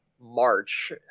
March